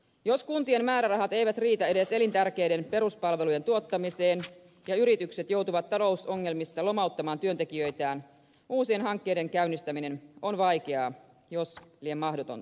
jos kuntien määrärahat eivät riitä edes elintärkeiden peruspalvelujen tuottamiseen ja yritykset joutuvat talousongelmissa lomauttamaan työntekijöitään uusien hankkeiden käynnistäminen on vaikeaa jos lie mahdotonta